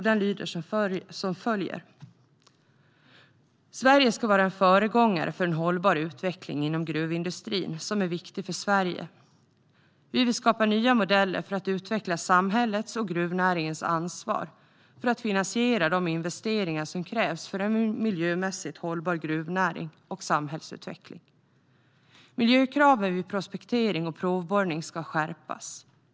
Den lyder som följer: "Sverige ska vara en föregångare för en hållbar utveckling inom gruvindustrin, som är viktig för Sverige. Vi vill skapa nya modeller för att utveckla samhällets och gruvnäringens ansvar för att finansiera de investeringar som krävs för en miljömässigt hållbar gruvnäring och samhällsutveckling. Miljökraven vid prospektering och provborrning ska skärpas.